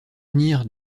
venir